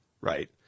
right